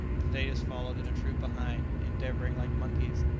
the natives followed in a troop behind, endeavouring, like monkeys,